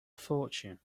fortune